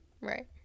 right